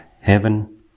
Heaven